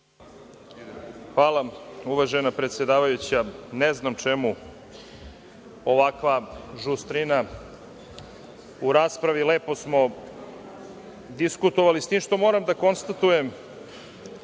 Hvala, uvažena predsedavajuća. Ne znam čemu ovakva žustrina u raspravi, kad smo lepo diskutovali? Moram da konstatujem